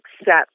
accept